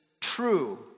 true